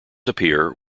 appear